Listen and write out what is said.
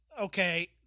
okay